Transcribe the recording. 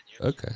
okay